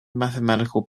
mathematical